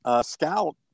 scout